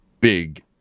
big